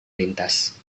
lintas